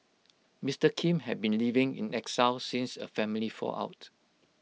Mister Kim had been living in exile since A family fallout